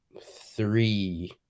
three